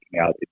out